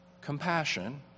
compassion